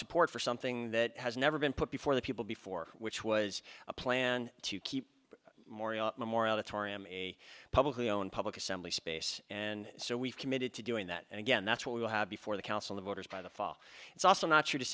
support for something that has never been put before the people before which was a plan to keep morial more of the tory i'm a publicly own public assembly space and so we've committed to doing that and again that's what we will have before the council of voters by the fall it's also not true to